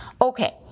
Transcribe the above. okay